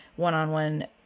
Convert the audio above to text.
one-on-one